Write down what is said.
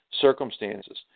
circumstances